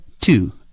two